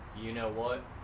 you-know-what